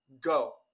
go